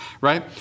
right